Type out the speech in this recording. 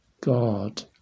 God